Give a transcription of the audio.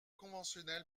conventionnelle